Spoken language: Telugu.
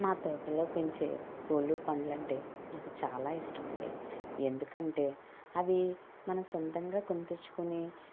మా తోటలో పెంచే పూలు పండ్లు అంటే నాకు చాలా ఇష్టమండి ఎందుకంటే అవి మనం సొంతంగా కొని తెచ్చుకునే